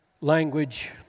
language